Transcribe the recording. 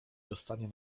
dostanie